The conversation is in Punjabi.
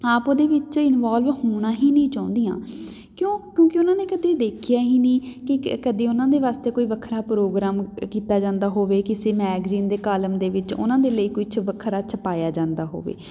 ਆਪ ਉਹਦੇ ਵਿੱਚ ਇਨਵੋਲਵ ਹੋਣਾ ਹੀ ਨਹੀਂ ਚਾਹੁੰਦੀਆਂ ਕਿਉਂ ਕਿਉਂਕਿ ਉਹਨਾਂ ਨੇ ਕਦੇ ਦੇਖਿਆ ਹੀ ਨਹੀਂ ਕਿ ਕ ਕਦੇ ਉਹਨਾਂ ਦੇ ਵਾਸਤੇ ਕੋਈ ਵੱਖਰਾ ਪ੍ਰੋਗਰਾਮ ਕੀਤਾ ਜਾਂਦਾ ਹੋਵੇ ਕਿਸੇ ਮੈਗਜ਼ੀਨ ਦੇ ਕਾਲਮ ਦੇ ਵਿੱਚ ਉਹਨਾਂ ਦੇ ਲਈ ਕੁਝ ਵੱਖਰਾ ਛਪਾਇਆ ਜਾਂਦਾ ਹੋਵੇ